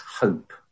hope